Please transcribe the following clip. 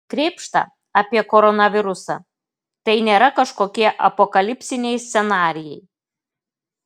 krėpšta apie koronavirusą tai nėra kažkokie apokalipsiniai scenarijai